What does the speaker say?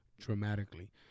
dramatically